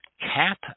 Cap